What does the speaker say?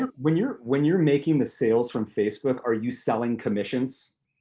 and when you're when you're making the sales from facebook, are you selling commissions?